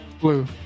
Blue